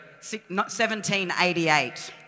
1788